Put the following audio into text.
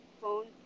phone